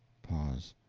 pause.